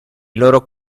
loro